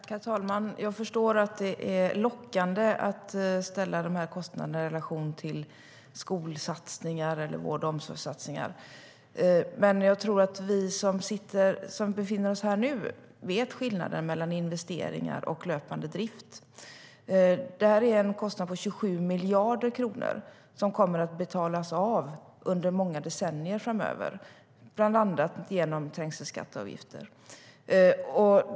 Herr talman! Jag förstår att det är lockande att ställa kostnaderna i relation till skol eller vård och omsorgssatsningar, men jag tror att vi som befinner oss här nu vet skillnaden mellan investeringar och löpande drift. Det är en kostnad på 27 miljarder kronor som kommer att betalas av under många decennier framöver, bland annat genom trängselskatteavgifter.